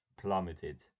plummeted